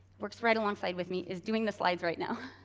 works right alongside with me, is doing the slides right now